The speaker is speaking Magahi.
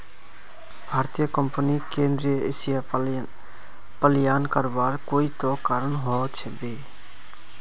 भारतीय कंपनीक केंद्रीय एशिया पलायन करवार कोई त कारण ह बे